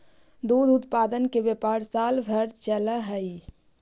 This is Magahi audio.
दुग्ध उत्पादन के व्यापार साल भर चलऽ हई